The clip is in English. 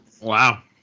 Wow